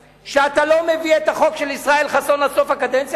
שאתה לא מביא את החוק של ישראל חסון עד סוף הקדנציה,